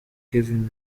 kevin